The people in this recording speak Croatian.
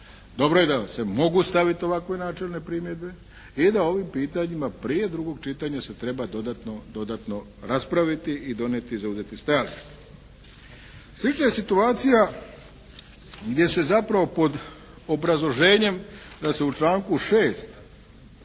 Dobro je da se mogu staviti ovakve načelne primjedbe i da ovim pitanjima prije drugog čitanje se treba dodatno raspraviti i donijeti i zauzeti stajališta. Slična je situacija gdje se zapravo pod obrazloženjem da se u članku 6.